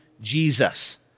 Jesus